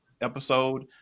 episode